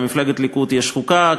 למפלגת הליכוד יש חוקה,